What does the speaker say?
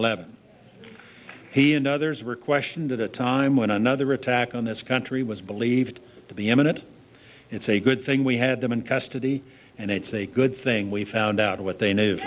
eleven he and others were questioned at a time when another attack on this country was believed to be imminent it's a good thing we had them in custody and it's a good thing we found out what they